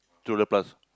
to the plants